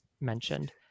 mentioned